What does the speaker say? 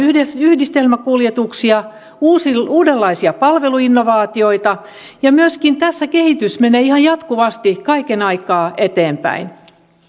yhdistelmäkuljetuksia uudenlaisia palveluinnovaatioita ja että myöskin tässä kehitys menee ihan jatkuvasti kaiken aikaa eteenpäin